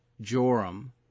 Joram